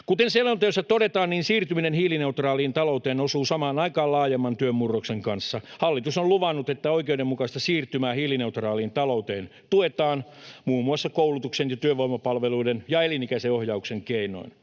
Kuten selonteossa todetaan, siirtyminen hiilineutraaliin talouteen osuu samaan aikaan laajemman työmurroksen kanssa. Hallitus on luvannut, että oikeudenmukaista siirtymää hiilineutraaliin talouteen tuetaan muun muassa koulutuksen ja työvoimapalveluiden ja elinikäisen ohjauksen keinoin.